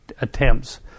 attempts